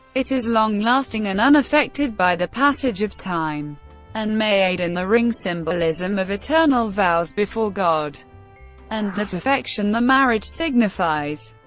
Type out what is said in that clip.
it is long lasting and unaffected by the passage of time and may aid in the ring symbolism of eternal vows before god and the perfection the marriage signifies.